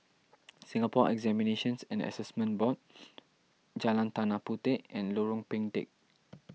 Singapore Examinations and Assessment Board Jalan Tanah Puteh and Lorong Pendek